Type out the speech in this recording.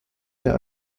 der